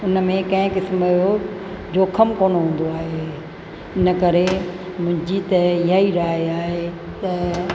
हुन में कंहिं क़िस्म जो जोखमु कोन हूंदो आहे इन करे मुंहिंजी त इहा ई राय आहे त